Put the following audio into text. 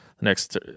next